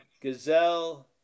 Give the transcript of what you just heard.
Gazelle